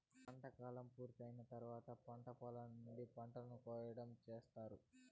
పంట కాలం పూర్తి అయిన తర్వాత పంట పొలాల నుంచి పంటను కోయటం చేత్తారు